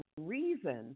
reason